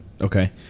Okay